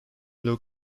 luc